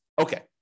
Okay